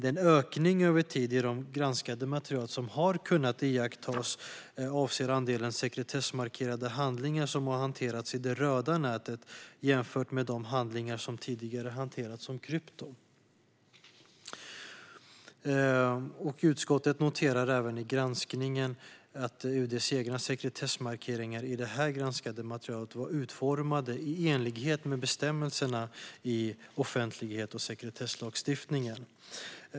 Den ökning över tid som har kunnat iakttas i det granskade materialet avser andelen sekretessmarkerade handlingar som har hanterats i det röda nätet jämfört med de handlingar som tidigare har hanterats som krypto. Utskottet noterar även i granskningen att UD:s egna sekretessmarkeringar i det granskade materialet var utformade i enlighet med bestämmelserna i offentlighets och sekretesslagstiftningen.